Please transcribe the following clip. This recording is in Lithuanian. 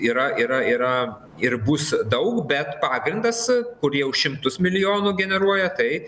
yra yra yra ir bus daug bet pagrindas kurį jau šimtus milijonų generuoja tai